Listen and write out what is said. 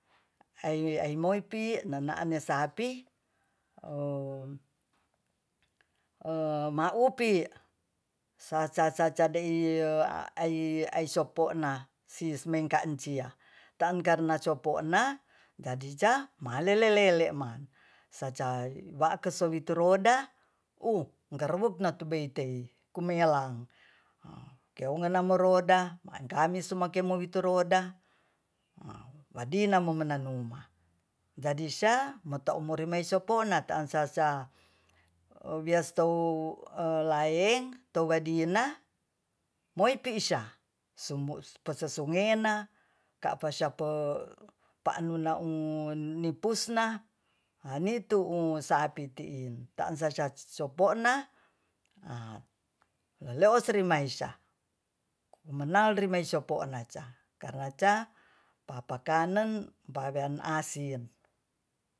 Aimi aimopi nanaan ye sapi maupi ca-ca ca-ca aysopona sismekancia tan karna compona jadija malele-lele ma saca ma'kisewr wirituroda uh gerebuk na tu betey kumelang keu ngana mu roda akami sumakewirituroda wadina mu meneng jadi syah motauri mai supona taan sya-sya ewiasto u laeng tubadina moypi isyah sumu pasa sungena ka'fa syafe pa'u na'u nipusna anitu'u sapi tiin taan sya-sya sopona a leosri maisya kumenalrimai sopona ca karna ca papa kanen pawean asin